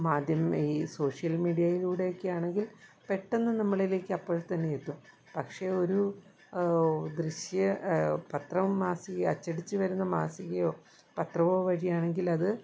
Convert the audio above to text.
മാധ്യമം ഈ സോഷ്യൽ മീഡിയയിലൂടെയൊക്കെ ആണെങ്കിൽ പെട്ടെന്ന് നമ്മളിലേക്ക് അപ്പോൾ തന്നെ എത്തും പക്ഷേ ഒരു ദൃശ്യ പത്രവും മാസിക അച്ചടിച്ചു വരുന്ന മാസികയോ പത്രമോ വഴിയാണെങ്കിൽ അത്